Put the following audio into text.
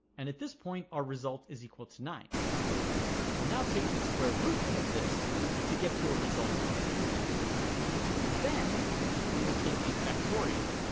and at this point our result is equal to nine well now take the square root of this to get to a result of three then we will take the factorial